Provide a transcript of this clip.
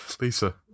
Lisa